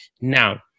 now